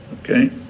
Okay